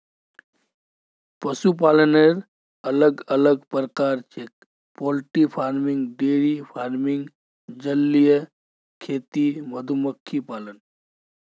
पशुपालनेर अलग अलग प्रकार छेक पोल्ट्री फार्मिंग, डेयरी फार्मिंग, जलीय खेती, मधुमक्खी पालन